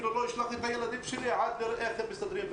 אפילו לא אשלח את הילדים שלי עד שאראה איך מסתדרים".